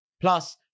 Plus